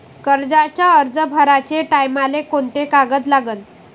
कर्जाचा अर्ज भराचे टायमाले कोंते कागद लागन?